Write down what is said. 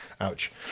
Ouch